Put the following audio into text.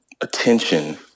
attention